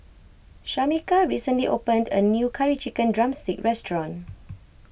Shameka recently opened a new Curry Chicken Drumstick restaurant